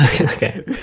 Okay